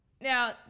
now